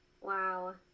Wow